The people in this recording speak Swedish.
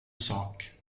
sak